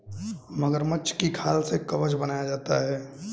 मगरमच्छ की खाल से कवच बनाया जाता है